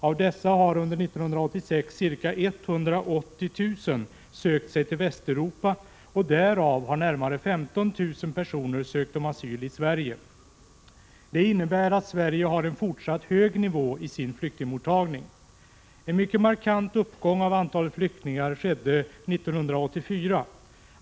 Av dessa har under 1986 ca 180 000 sökt sig till Västeuropa, och därav har närmare 15 000 personer ansökt om asyl i Sverige. Det innebär att Sverige har en fortsatt hög nivå i sin flyktingmottagning. En mycket markant uppgång av antalet flyktingar skedde 1984.